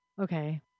Okay